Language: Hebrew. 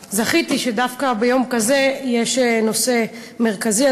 אז זכיתי שדווקא ביום כזה יש נושא מרכזי.